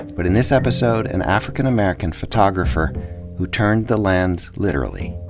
but in this episode, an african american photographer who turned the lens literally.